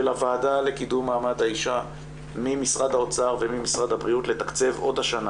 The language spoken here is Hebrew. הוועדה לקידום מעמד האשה ממשרד האוצר ומשרד הבריאות לתקצב עוד השנה